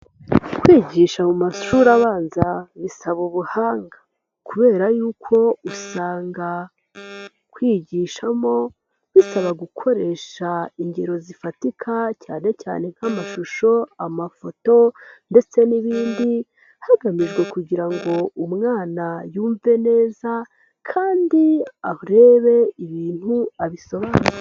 Kwigisha mu mashuri abanza bisaba ubuhanga, kubera yuko usanga kwigishamo bisaba gukoresha ingero zifatika cyane cyane nk'amashusho, amafoto ndetse n'ibindi, hagamijwe kugira ngo umwana yumve neza kandi arebe ibintu abisobanure.